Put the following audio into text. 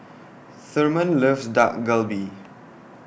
Therman loves Dak Galbi